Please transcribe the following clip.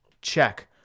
check